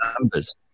numbers